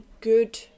good